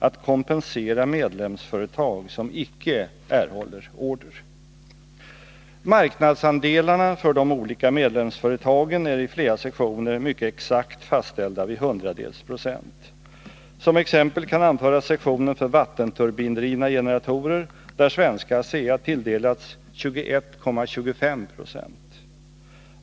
Att kompensera medlemsföretag som icke erhåller order. Marknadsandelarna för de olika medlemsföretagen är i flera sektioner mycket exakt fastställda vid 100-dels procent. Som exempel kan anföras sektionen för vattenturbindrivna generatorer, där svenska ASEA tilldelats 21,25 20.